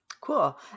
Cool